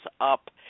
up